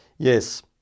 Yes